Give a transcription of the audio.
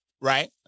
right